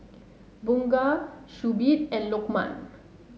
Bunga Shuib and Lokman